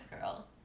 girl